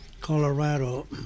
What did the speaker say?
Colorado